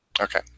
Okay